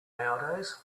nowadays